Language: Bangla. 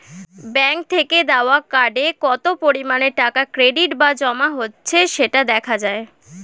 ব্যাঙ্ক থেকে দেওয়া কার্ডে কত পরিমাণে টাকা ক্রেডিট বা জমা হচ্ছে সেটা দেখা যায়